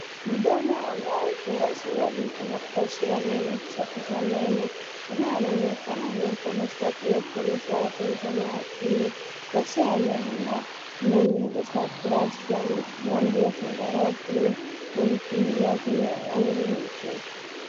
Mdomo ambao uki wazi wa mtu na brush ya meno ikisafisha meno. Meno yanaonekana meupe na safi yakionyesha afya njema ya kinywa. brush ya meno ina nyele za plasta rangi ya zambarao buluu na mpini wake ni wa rangi nyepesi.